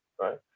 right